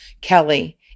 Kelly